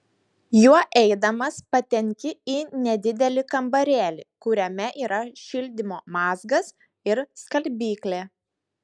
juo eidamas patenki į nedidelį kambarėlį kuriame yra šildymo mazgas ir skalbyklė